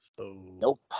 Nope